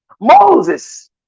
Moses